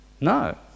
no